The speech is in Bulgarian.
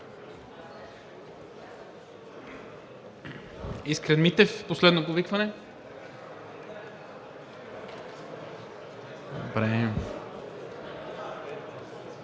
Искрен Митев, последно повикване?